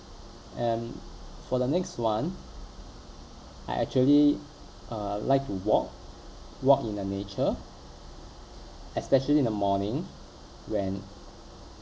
and for the next one I actually uh like to walk walk in the nature especially in the morning when